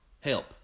help